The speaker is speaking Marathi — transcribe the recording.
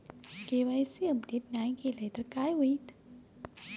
के.वाय.सी अपडेट नाय केलय तर काय होईत?